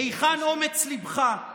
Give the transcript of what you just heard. היכן אומץ ליבך,